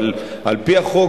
אבל על-פי החוק,